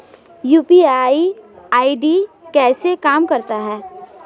UPI ID कैसे काम करता है?